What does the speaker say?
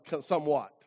somewhat